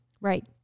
right